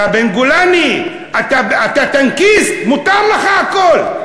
אתה בן גולני, אתה טנקיסט, מותר לך הכול.